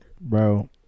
Bro